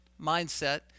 mindset